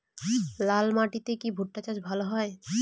লাল মাটিতে কি ভুট্টা চাষ ভালো হয়?